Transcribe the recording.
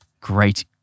great –